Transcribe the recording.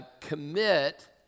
commit